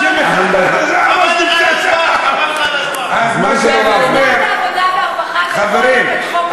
חבל לך על הזמן, חבל לך על הזמן.